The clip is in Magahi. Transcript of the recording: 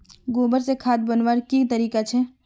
गोबर से खाद बनवार की तरीका छे?